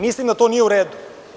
Mislim da to nije uredu.